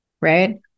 right